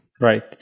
Right